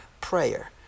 prayer